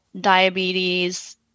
diabetes